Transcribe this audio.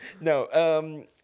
No